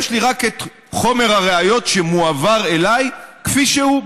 יש לי רק את חומר הראיות שמועבר אליי כפי שהוא,